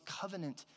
covenant